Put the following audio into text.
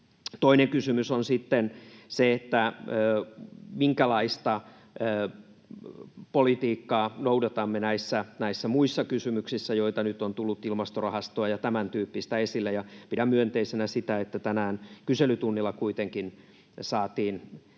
Toinen kysymys on sitten se, minkälaista politiikkaa noudatamme näissä muissa kysymyksissä, joita nyt on tullut — ilmastorahastoa ja tämäntyyppistä — esille, ja pidän myönteisenä sitä, että tänään kyselytunnilla kuitenkin saatiin